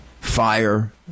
fire